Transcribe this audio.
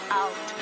out